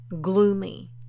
gloomy